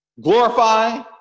Glorify